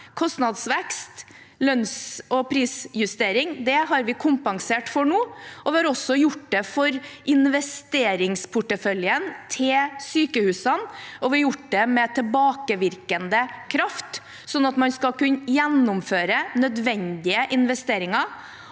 kostnadsvekst og lønns- og prisjustering. Det har vi kompensert for nå, og vi har også gjort det for investeringsporteføljen til sykehusene. Vi har gjort det med tilbakevirkende kraft, slik at man skal kunne gjennomføre nødvendige investeringer